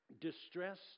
distressed